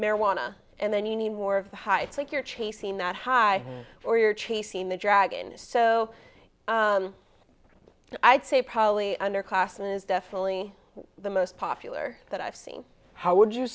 marijuana and then you need more of the high it's like you're chasing that high or you're chasing the dragon so i'd say probably underclassman is definitely the most popular that i've seen how wou